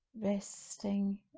resting